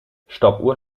stoppuhr